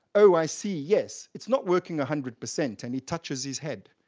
oh, i see. yes, it's not working a hundred percent. and he touches his head.